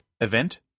event